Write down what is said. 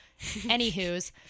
Anywho's